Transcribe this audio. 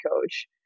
coach